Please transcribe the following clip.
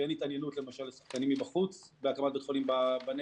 שאין התעניינות של שחקנים מבחוץ להקמת בית חולים בנגב